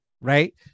right